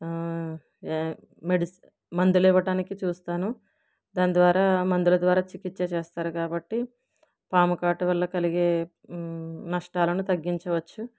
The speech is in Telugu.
మెడి మందులు ఇవ్వడానికి చూస్తాను దాని ద్వారా మందుల ద్వారా చికిత్స చేస్తారు కాబట్టి పాము కాటు వల్ల కలిగే నష్టాలను తగ్గించవచ్చు